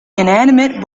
inanimate